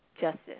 Justice